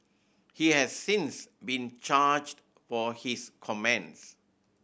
he has since been charged for his comments